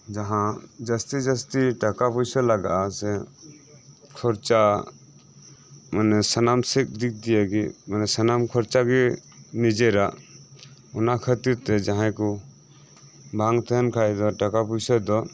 ᱡᱟᱦᱟᱸ ᱡᱟᱹᱥᱛᱤ ᱡᱟᱹᱥᱛᱤ ᱴᱟᱠᱟ ᱯᱚᱭᱥᱟ ᱞᱟᱜᱟᱜᱼᱟ ᱥᱮ ᱠᱷᱚᱨᱪᱟ ᱚᱱᱮ ᱥᱟᱱᱟᱢᱥᱮᱫ ᱫᱤᱠ ᱫᱤᱭᱮᱜᱮ ᱢᱟᱱᱮ ᱥᱟᱱᱟᱢ ᱠᱷᱚᱨᱪᱟᱜᱮ ᱱᱤᱡᱮᱨᱟᱜ ᱚᱱᱟ ᱠᱷᱟᱹᱛᱤᱨ ᱛᱮ ᱡᱟᱦᱟᱸᱭᱠᱚ ᱵᱟᱝ ᱛᱟᱦᱮᱱ ᱠᱷᱟᱱ ᱡᱟᱦᱟᱸ ᱴᱟᱠᱟ ᱯᱚᱭᱥᱟᱫᱚ